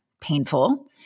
painful